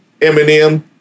Eminem